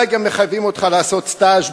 אולי גם מחייבים אותך לעשות סטאז',